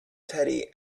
teddy